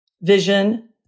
vision